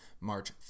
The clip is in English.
March